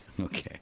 Okay